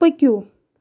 پٔکِو